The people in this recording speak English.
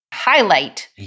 highlight